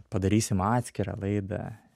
padarysim atskirą laidą